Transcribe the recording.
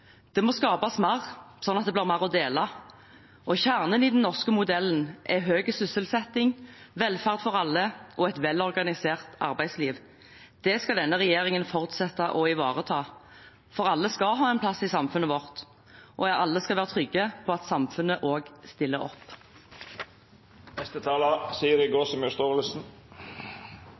Det må skapes mer, slik at det blir mer å dele. Kjernen i den norske modellen er høy sysselsetting, velferd for alle og et velorganisert arbeidsliv. Det skal denne regjeringen fortsette å ivareta. For alle skal ha en plass i samfunnet vårt, og alle skal være trygge på at samfunnet også stiller opp. Kampen mot negativ sosial kontroll har mange likhetstrekk med kamper arbeiderbevegelsen og